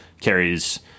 carries